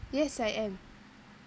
yes I am